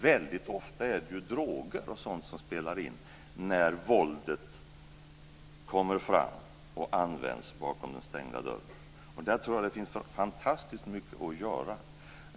Väldigt ofta är det ju droger och sådant som spelar in när våldet kommer fram och används bakom den stängda dörren, och där tror jag att det finns fantastiskt mycket att göra.